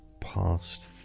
past